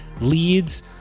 leads